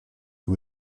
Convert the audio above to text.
who